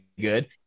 good